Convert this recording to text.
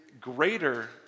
greater